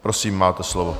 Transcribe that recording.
Prosím, máte slovo.